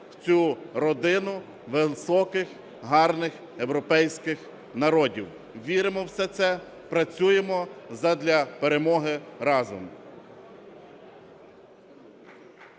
в цю родину високих гарних європейських народів. Віримо в усе це, працюємо задля перемоги разом.